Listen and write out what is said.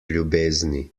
ljubezni